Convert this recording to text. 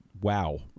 Wow